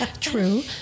True